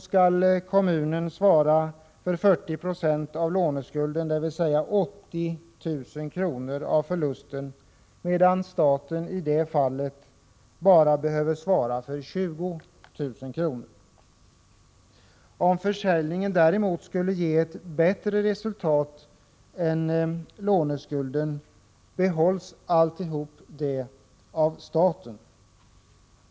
skall kommunen svara för 40 96 av låneskulden, dvs. 80 000 kr. av förlusten, medan staten i det fallet bara behöver svara för 20 000 kr. Om försäljningen däremot skulle ge ett bättre resultat än låneskulden behålls hela den överskjutande delen av staten.